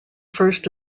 first